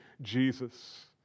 Jesus